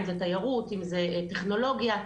אם זה טכנולוגיה.